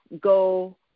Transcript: go